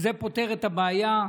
שזה פותר את הבעיה,